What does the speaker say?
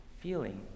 feeling